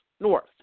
north